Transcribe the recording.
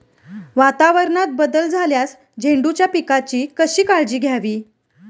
वातावरणात बदल झाल्यास झेंडूच्या पिकाची कशी काळजी घ्यावी?